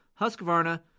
Husqvarna